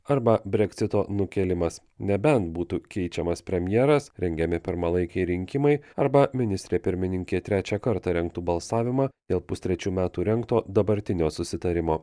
arba breksito nukėlimas nebent būtų keičiamas premjeras rengiami pirmalaikiai rinkimai arba ministrė pirmininkė trečią kartą rengtų balsavimą dėl pustrečių metų rengto dabartinio susitarimo